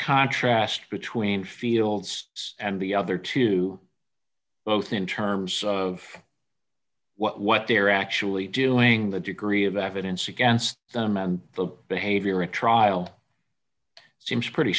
contrast between fields and the other two both in terms of what they're actually doing the degree of evidence against them and the behavior at trial seems pretty